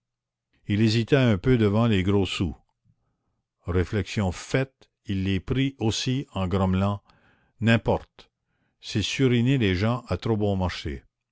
il hésita un peu devant les gros sous réflexion faite il les prit aussi en grommelant n'importe c'est suriner les gens à trop bon marché